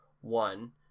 One